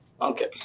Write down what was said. Okay